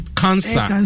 cancer